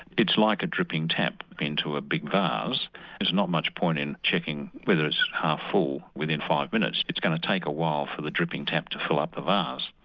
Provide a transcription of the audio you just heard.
it's like a dripping tap into a big vase, there's not much point in checking whether it's half full within five minutes, it's going to take a while for the dripping tap to fill up the vase.